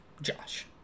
Josh